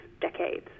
decades